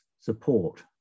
support